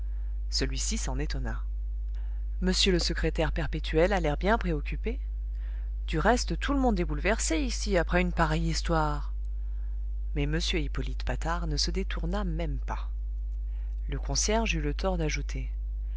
celui-ci s'en étonna monsieur le secrétaire perpétuel a l'air bien préoccupé du reste tout le monde est bouleversé ici après une pareille histoire mais m hippolyte patard ne se détourna même pas le concierge eut le tort d'ajouter